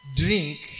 drink